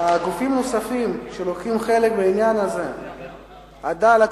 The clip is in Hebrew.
גופים נוספים שלוקחים חלק בעניין הזה: "עדאלה",